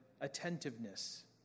attentiveness